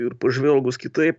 ir pažvelgus kitaip